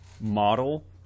model